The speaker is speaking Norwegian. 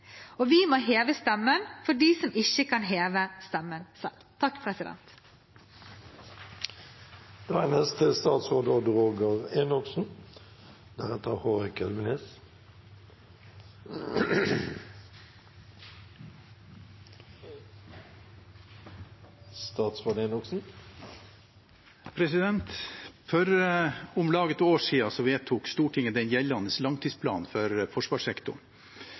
der vi ser at vi må følge nøye med, og vi må heve stemmen for dem som ikke kan heve stemmen selv. For om lag et år siden vedtok Stortinget den gjeldende langtidsplanen for forsvarssektoren.